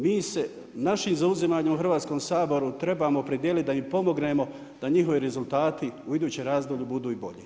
Mi se našim zauzimanjem u Hrvatskom saboru trebamo opredijeliti da im pomognemo da njihovi rezultati u idućem razdoblju budu i bolji.